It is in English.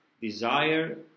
desire